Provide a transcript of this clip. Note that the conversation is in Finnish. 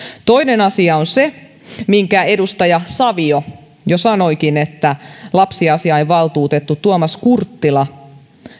toinen asia on se minkä edustaja savio jo sanoikin että lapsiasiainvaltuutettu tuomas kurttila